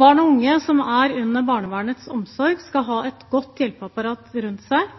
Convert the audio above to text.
Barn og unge som er under barnevernets omsorg, skal ha et godt hjelpeapparat rundt seg.